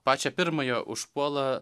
pačią pirmąją užpuola